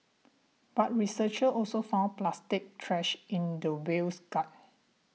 but researchers also found plastic trash in the whale's gut